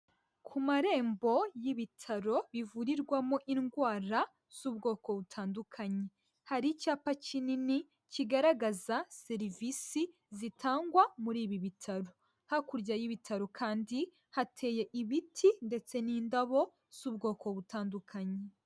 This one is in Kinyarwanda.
Ku marembo y'ibitaro bivurirwamo indwara z'ubwoko butandukanye. Hari icyapa kinini, kigaragaza serivisi zitangwa muri ibi bitaro. Hakurya y'ibitaro kandi hateye ibiti ndetse n'indabo z'ubwoko butandukanye.